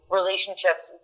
relationships